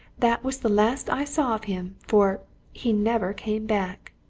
that was the last i saw of him. for he never came back!